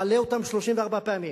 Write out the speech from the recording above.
מעלה אותם 34 פעמים,